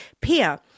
pia